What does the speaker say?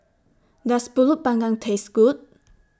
Does Pulut Panggang Taste Good